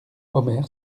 omer